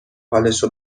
حالش